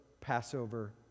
Passover